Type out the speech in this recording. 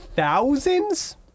thousands